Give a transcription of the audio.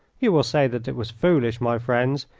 you will say that it was foolish, my friends,